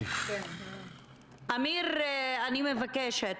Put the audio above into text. אמיר, אני מבקשת.